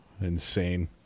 insane